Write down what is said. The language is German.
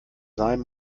sein